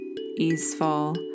easeful